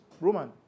Roman